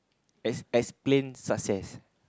ex~ explain success